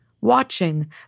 Watching